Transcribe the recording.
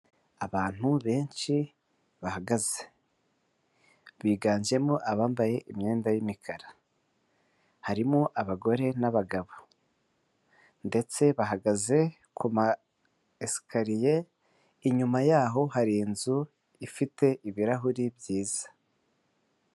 Abantu benshi bahagaze, biganjemo abambaye imyenda y'imikara, harimo abagore n'abagabo, ndetse bahagaze ku ma esikariye, inyuma yaho hari inzu ifite ibirahuri byiza.